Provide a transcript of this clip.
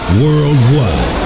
worldwide